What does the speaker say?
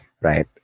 Right